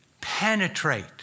penetrate